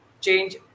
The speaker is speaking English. change